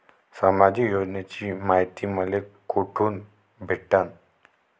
सामाजिक योजनेची मायती मले कोठून भेटनं?